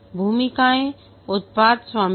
भूमिकाएं उत्पाद स्वामी हैं